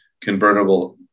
convertible